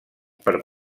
per